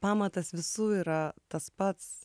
pamatas visų yra tas pats